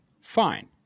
Fine